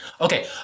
Okay